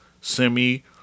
Semi